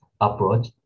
approach